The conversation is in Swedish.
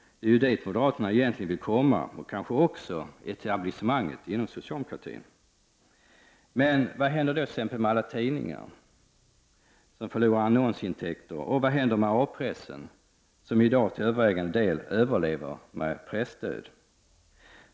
Det är ju dit moderaterna, och kanske även etablissemanget inom socialdemokratin, egentligen vill komma. Men vad händer i så fall med alla tidningar som förlorar annonsintäkter? Och vad händer med A-pressen, som i dag till övervägande del överlever med hjälp av presstöd?